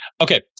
Okay